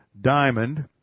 diamond